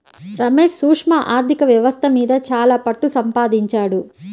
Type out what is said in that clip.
రమేష్ సూక్ష్మ ఆర్ధిక వ్యవస్థ మీద చాలా పట్టుసంపాదించాడు